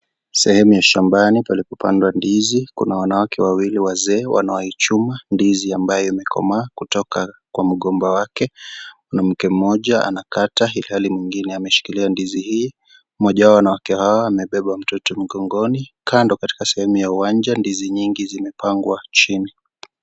Sehemu ya shambani palipopandwa ndizi; kuna wanawake wawili wazee wanaoichuma ndizi ambayo imekomaa kutoka kwa mgomba wake. Kuna mke mmoja anakata ilhali mwingine ameshikilia ndizi hii. Mmoja wa wanawake hawa amebebe mtoto mgongoni. Kando katika sehemu ya uwanja ndizi nyingi zimepangwa chini.